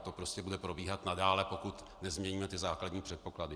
To prostě bude probíhat nadále, pokud nezměníme ty základní předpoklady.